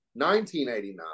1989